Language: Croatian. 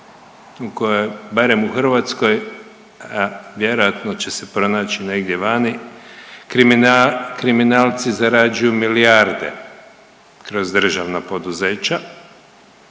u kojoj barem u Hrvatskoj vjerojatno će se pronaći negdje vani, kriminalci zarađuju milijarde kroz državna poduzeća